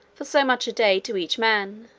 for so much a day to each man